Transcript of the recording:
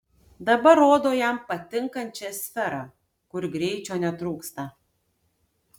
dabar rado jam patinkančią sferą kur greičio netrūksta